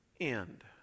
end